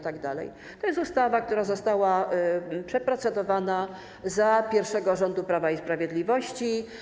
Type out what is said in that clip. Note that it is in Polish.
To jest ustawa, która została przeprocedowana za pierwszego rządu Prawa i Sprawiedliwości.